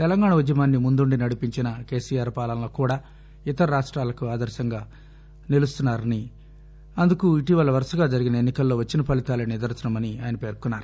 తెలంగాణా ఉద్యమాన్ని ముందుండి నడిపించిన కేసీఆర్ పాలనలో కూడా ఇతర రాష్ట్రాలకు ఆదర్భంగా నిలుస్తున్నారని అందుకు ఇటీవల వరుసగా జరిగిన ఎన్నికలలో వచ్చిన ఫలితాలే నిదర్శనమని ఆయన పేర్కొన్నారు